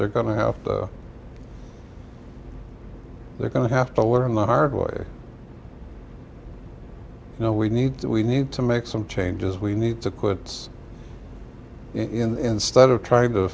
they're going to have they're going to have to learn the hard way you know we need that we need to make some changes we need to quit in stead of trying to